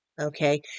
Okay